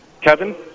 Kevin